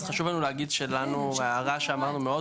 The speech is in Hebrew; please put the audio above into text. אז חשוב לנו להגיד שהערה שאמרנו שמאוד